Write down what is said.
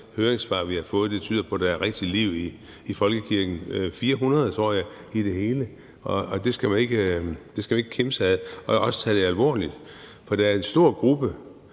høringssvar, vi har fået, og det tyder på, at der er rigtig meget liv i folkekirken. Jeg tror, det er 400 i det hele, og det skal man ikke kimse ad, og man skal også tage det alvorligt, for der er en stor gruppe,